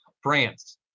France